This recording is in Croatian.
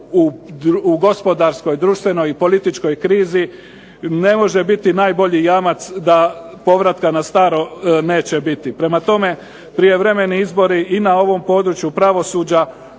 u gospodarskoj, društvenoj i političkoj krizi ne može biti najbolji jamac da povratka na staro neće biti. Prema tome, prijevremeni izbori i na ovom području pravosuđa